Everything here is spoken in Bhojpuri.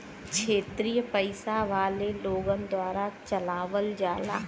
क्षेत्रिय पइसा वाले लोगन द्वारा चलावल जाला